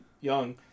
young